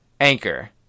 Anchor